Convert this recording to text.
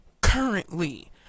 currently